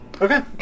Okay